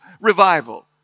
revival